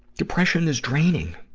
depression is draining.